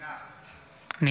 (קורא בשמות חברי הכנסת) אלעזר שטרן,